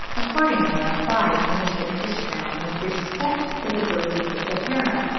accordingly, i applied to mr. tristram with respect to the birds of the sahara,